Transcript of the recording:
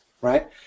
right